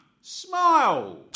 smile